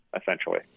essentially